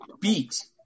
beat